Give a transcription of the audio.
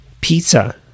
Pizza